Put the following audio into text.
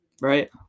right